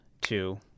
two